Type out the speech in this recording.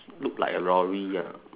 look like a lorry ah